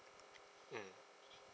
mm